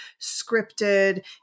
scripted